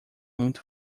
muito